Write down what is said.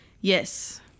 Yes